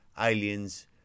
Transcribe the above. aliens